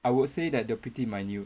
I would say that they are pretty minute